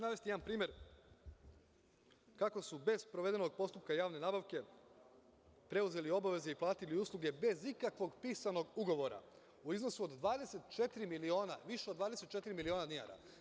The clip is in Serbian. Navešću jedan primer kako su bez sprovedenog postupka javne nabavke preuzeli obaveze i platili usluge bez ikakvog pisanog ugovora u iznosu od 24 miliona, više od 24 miliona dinara.